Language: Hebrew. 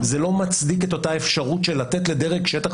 זה לא מצדיק את אותה אפשרות לתת לדרג שטח